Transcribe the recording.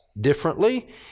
differently